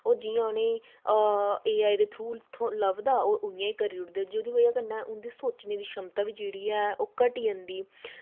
ओह् जि'यां उ'नें ए आई दे थरू लब्भदा ओह् उ'आं गै करी ओड़दे जेह्दी बजह कन्नै उं'दी सोचने दी क्षमता जेह्ड़ी ऐ ओह् घटी जंदी